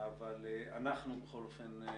אבל אנחנו בכל אופן מתכוננים.